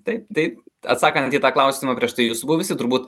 taip taip atsakant į tą klausimą prieš tai jūsų buvusį turbūt